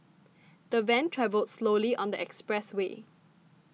the van travelled slowly on the expressway